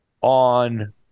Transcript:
on